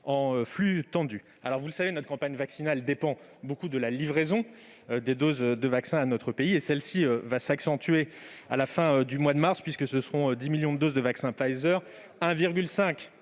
en flux tendus. Vous le savez, notre campagne vaccinale dépend beaucoup de la livraison de doses de vaccin à notre pays, et celle-ci va s'accentuer à la fin du mois de mars, avec la fourniture de 10 millions de doses de vaccin Pfizer et